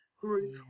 group